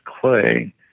clay